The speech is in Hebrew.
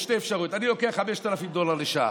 יש שתי אפשרויות: אני לוקח 5,000 דולר לשעה,